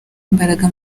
imbaraga